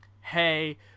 hey